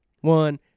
One